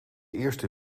eerste